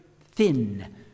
thin